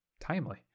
Timely